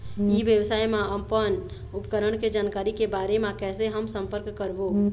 ई व्यवसाय मा अपन उपकरण के जानकारी के बारे मा कैसे हम संपर्क करवो?